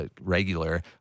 regular